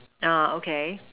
ah okay